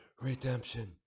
redemption